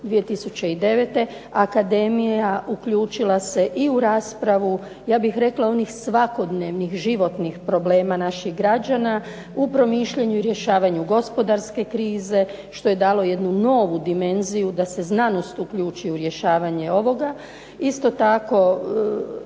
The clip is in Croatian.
2009. akademija uključila se i u raspravu, ja bih rekla onih svakodnevnih, životnih problema naših građana, u promišljanju i rješavanju gospodarske krize, što je dalo jednu novu dimenziju da se znanost uključi u rješavanje ovoga. Isto tako